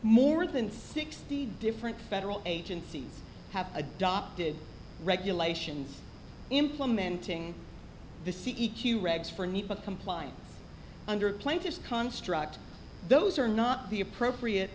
more than sixty different federal agencies have adopted regulations implementing the c e q regs for need for compliance under plaintiff's construct those are not the appropriate